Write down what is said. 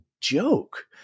joke